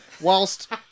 whilst